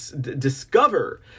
discover